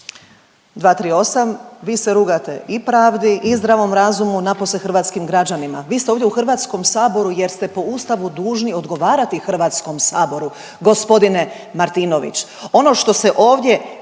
238., vi se rugate i pravdi i zdravom razumu, napose hrvatskim građanima. Vi ste ovdje u HS-u jer ste po Ustavu dužni odgovarati HS-u g. Martinović.